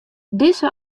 dizze